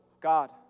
God